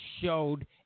showed